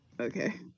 Okay